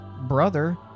brother